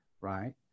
right